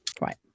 Right